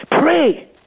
pray